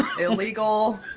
Illegal